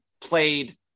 played